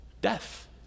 death